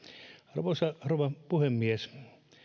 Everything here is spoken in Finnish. arvoisa rouva puhemies